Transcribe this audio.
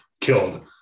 killed